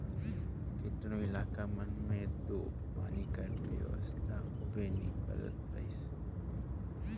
केतनो इलाका मन मे दो पानी कर बेवस्था होबे नी करत रहिस